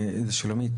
שולמית,